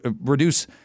reduce